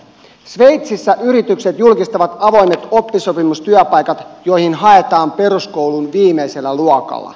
sveitsissä yritykset julkistavat avoimet oppisopimustyöpaikat joihin haetaan peruskoulun viimeisellä luokalla